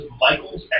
Michael's